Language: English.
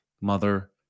mother